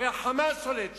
הרי ה"חמאס" שולט שם.